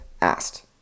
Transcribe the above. asked